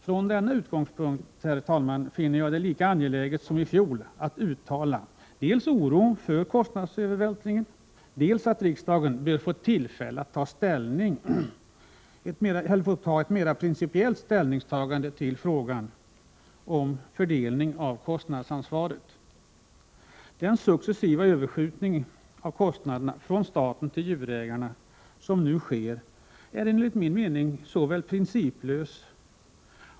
Från denna utgångspunkt finner jag det lika angeläget som i fjol att dels uttala oro för kostnadsövervältringen, dels framhålla att riksdagen bör få tillfälle att ta mera principell ställning till frågan om fördelning av kostnadsansvaret. Den successiva överskjutning av kostnaderna från staten till djurägarna som nu sker är enligt min mening principlös.